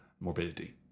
morbidity